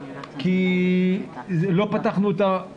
כי לא פתחנו את העסק הזה.